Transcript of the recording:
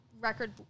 record